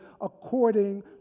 according